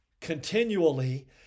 continually